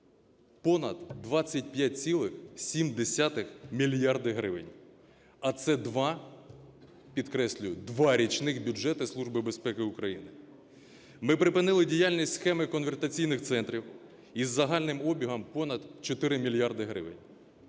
понад 25,7 мільярдів гривень, а це два – підкреслюю, два – річних бюджети Служби безпеки України. Ми припинили діяльність схеми конвертаційних центрів із загальним обігом понад 4 мільярди гривень,